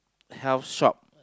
health shop